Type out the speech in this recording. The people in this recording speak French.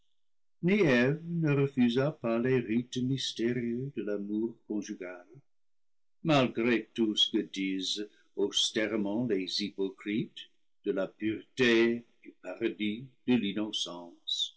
ne refusa pas les rites mystérieux de l'amour conjugal malgré tout ce que disent austèrement les hypocrites de la pureté du paradis de l'innocence